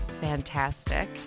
Fantastic